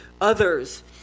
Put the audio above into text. others